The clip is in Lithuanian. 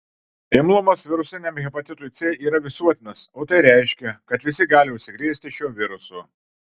imlumas virusiniam hepatitui c yra visuotinas o tai reiškia kad visi gali užsikrėsti šiuo virusu